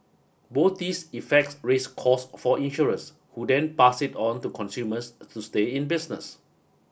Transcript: both these effects raise cost for insurance who then pass it on to consumers to stay in business